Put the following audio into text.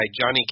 Johnny